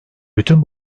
bütün